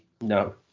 No